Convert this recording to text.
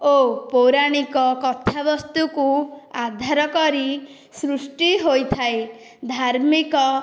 ଓ ପୌରାଣିକ କଥା ବସ୍ତୁକୁ ଆଧାର କରି ସୃଷ୍ଟି ହୋଇଥାଏ ଧାର୍ମିକ